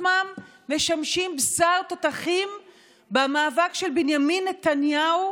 אותם תלמידי ישיבות, שאגב, לפי הנתונים מהערב,